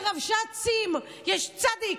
אלה רבש"צים, יש צד"י,